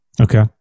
Okay